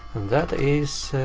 that is.